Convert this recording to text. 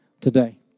today